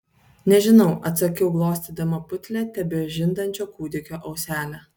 nežinau atsakiau glostydama putlią tebežindančio kūdikio auselę